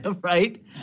Right